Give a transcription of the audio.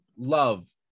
Love